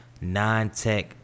non-tech